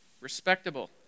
Respectable